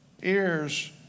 ears